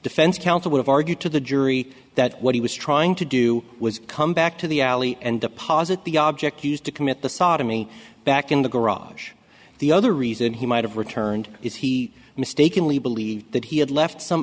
defense counsel would argue to the jury that what he was trying to do was come back to the alley and deposit the object he used to commit the sodomy back in the garage the other reason he might have returned is he mistakenly believed that he had left some